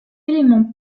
éléments